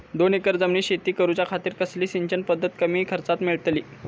दोन एकर जमिनीत शेती करूच्या खातीर कसली सिंचन पध्दत कमी खर्चात मेलतली?